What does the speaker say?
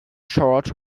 shirt